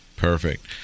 Perfect